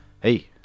Hey